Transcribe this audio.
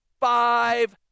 Five